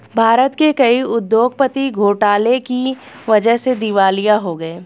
भारत के कई उद्योगपति घोटाले की वजह से दिवालिया हो गए हैं